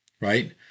Right